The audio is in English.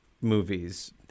movies